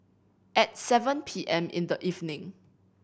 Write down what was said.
at seven P M in the evening